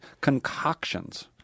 concoctions